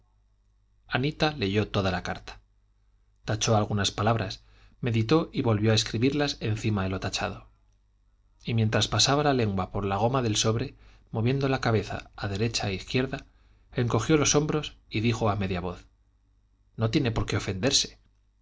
anita leyó toda esta carta tachó algunas palabras meditó y volvió a escribirlas encima de lo tachado y mientras pasaba la lengua por la goma del sobre moviendo la cabeza a derecha e izquierda encogió los hombros y dijo a media voz no tiene por qué ofenderse